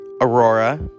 Aurora